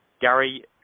Gary